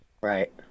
Right